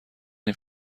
این